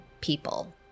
people